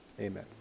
Amen